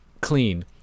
clean